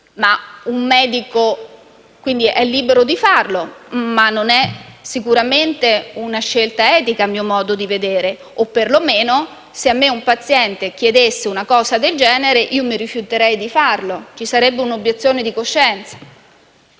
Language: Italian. paziente lo fa ed è libero di farlo, ma non è sicuramente una scelta etica, a mio modo di vedere, o perlomeno se un paziente mi chiedesse una cosa del genere mi rifiuterei di farlo e avanzerei un'obiezione di coscienza.